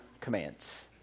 commands